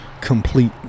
complete